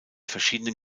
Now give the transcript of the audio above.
verschiedenen